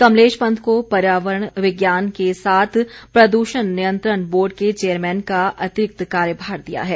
कमलेश पंत को पर्यावरण विज्ञान के साथ प्रद्षण नियंत्रण बोर्ड के चेयरमैन का अतिरिक्त कार्यभार दिया है